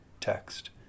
text